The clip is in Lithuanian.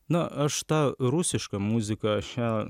na aš tą rusišką muziką aš ją